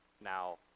Now